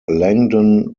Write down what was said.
langdon